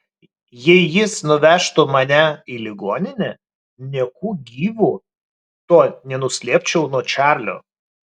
jei jis nuvežtų mane į ligoninę nieku gyvu to nenuslėpčiau nuo čarlio